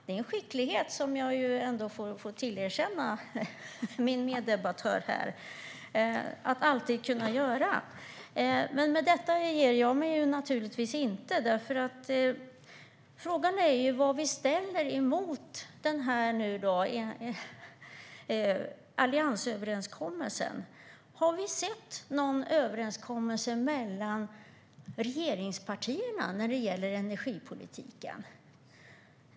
Det är en skicklighet som jag ändå får tillerkänna min meddebattör här att alltid kunna göra det. Men med detta ger jag mig naturligtvis inte. Frågan är vad vi ställer emot alliansöverenskommelsen. Har vi sett någon överenskommelse mellan regeringspartierna om energipolitiken?